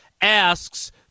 asks